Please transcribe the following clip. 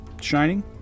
shining